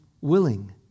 Willing